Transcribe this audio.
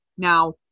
Now